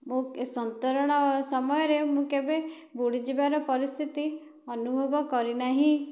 ମୁଁ ସନ୍ତରଣ ସମୟରେ ମୁଁ କେବେ ବୁଡ଼ିଯିବାର ପରିସ୍ଥିତି ଅନୁଭବ କରିନାହିଁ